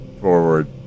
forward